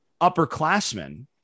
upperclassmen